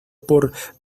por